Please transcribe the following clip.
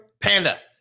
Panda